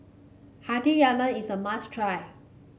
Hati Yaman is a must try